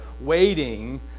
waiting